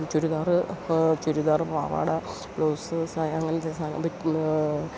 ചുരിദാര് ചുരിദാര് പാവാട ബ്ലൗസ് അങ്ങനത്തെ സാധനങ്ങള്